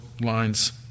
lines